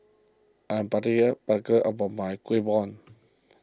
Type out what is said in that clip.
I am particular about my Kueh Bom